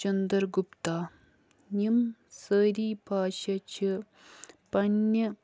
چندر گپتا یِم سٲری بادشاہ چھِ پَنٕنہِ